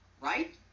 right